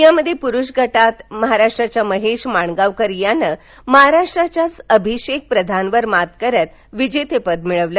यामध्ये पुरुष गटात महाराष्ट्राच्या महेश माणगावकर यानं महाराष्ट्राच्याच अभिषेक प्रधानवर मात करत विजेतेपद मिळवलं